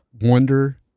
wonder